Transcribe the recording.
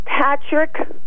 Patrick